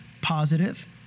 positive